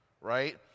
right